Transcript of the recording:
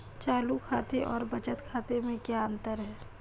चालू खाते और बचत खाते में क्या अंतर है?